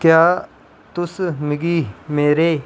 क्या तुस मिगी मेरे